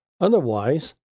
Otherwise